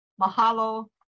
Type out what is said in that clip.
Mahalo